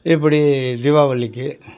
இப்படி தீபாவளிக்கு